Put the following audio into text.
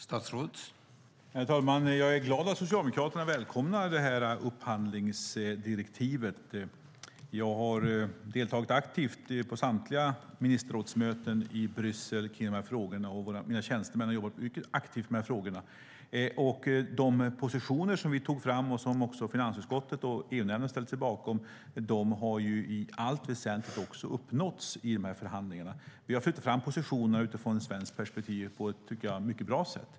Herr talman! Jag är glad att Socialdemokraterna välkomnar det här upphandlingsdirektivet. Jag har deltagit aktivt på samtliga ministerrådsmöten i Bryssel kring de här frågorna, och mina tjänstemän har jobbat mycket aktivt med de här frågorna. De positioner som vi tog fram och som också finansutskottet och EU-nämnden har ställt sig bakom har i allt väsentligt uppnåtts i de här förhandlingarna. Vi har flyttat fram positionerna utifrån ett svenskt perspektiv på ett, tycker jag, mycket bra sätt.